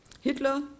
Hitler